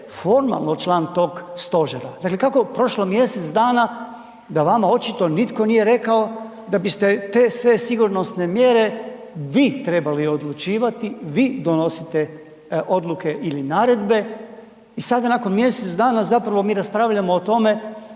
formalno član tog stožera. … kako prošlo mjesec dana da vama očito nitko nije rekao da biste te sve sigurnosne mjere vi trebali odlučivati, vi donosite odluke ili naredbe. I sada nakon mjesec dana zapravo mi raspravljamo o tome